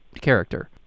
character